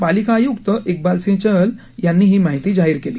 पालिका आयुक्त विंबाल सिंह चहल यांनी ही माहिती जाहीर केली